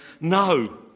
no